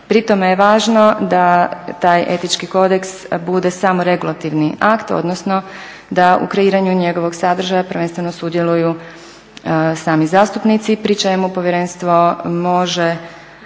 Pri tome je važno da taj Etički kodeks bude samo regulativni akt, odnosno da u kreiranju njegovog sadržaja prvenstveno sudjeluju sami zastupnici pri čemu Povjerenstvo može